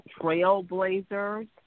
Trailblazers